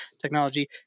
technology